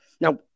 Now